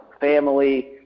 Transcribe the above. family